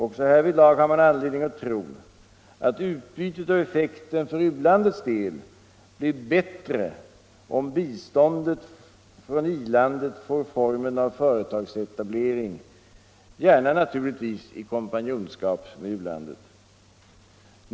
Också härvidlag har man anledning att tro att utbytet och effekten för u-landets del blir bättre, om biståndet från i-landet får formen av företagsetablering, gärna naturligtvis i kompanjonskap med u-landet.